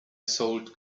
sold